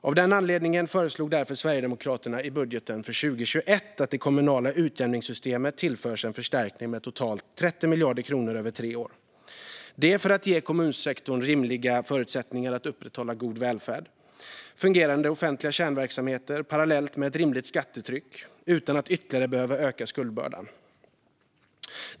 Av den anledningen föreslog Sverigedemokraterna i budgeten för 2021 att det kommunala utjämningssystemet skulle tillföras en förstärkning med totalt 30 miljarder kronor över tre år, detta för att ge kommunsektorn rimliga förutsättningar att upprätthålla god välfärd och fungerande offentliga kärnverksamheter parallellt med ett rimligt skattetryck utan att ytterligare behöva öka skuldbördan.